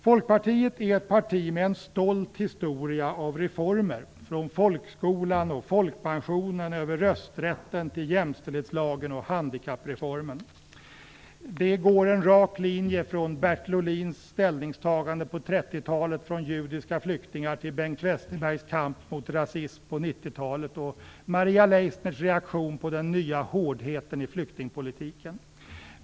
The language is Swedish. Folkpartiet är ett parti med en stolt historia av reformer, från folkskolan och folkpensionen över rösträtten till jämställdhetslagen och handikappreformen. Det går en rak linje från Bertil Ohlins ställningstagande på 1930-talet för judiska flyktingar till Bengt Westerbergs kamp mot rasism på 1990-talet och Maria Leissners reaktion på den nya hårdheten i flyktingpolitiken.